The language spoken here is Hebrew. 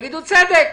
תגידו צדק.